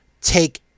take